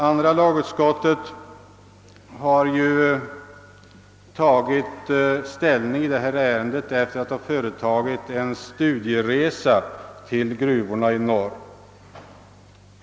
Andra lagutskottet har tagit ställning i detta ärende efter en studieresa till gruvorna i norr.